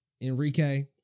Enrique